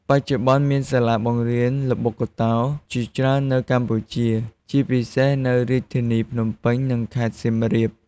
បច្ចុប្បន្ន មានសាលាបង្រៀនល្បុក្កតោជាច្រើននៅកម្ពុជា ជាពិសេសនៅរាជធានីភ្នំពេញ និងខេត្តសៀមរាប។